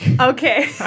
Okay